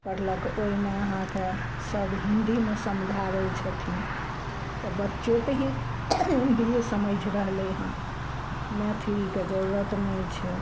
पढ़लक ओहिमे अहाँके सब हिन्दीमे समझाबै छथिन तऽ बच्चों तऽ ही हिन्दिए समैझ रहलै हन मैथिलीके जरूरत नहि छै